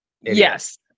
Yes